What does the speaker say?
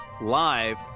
live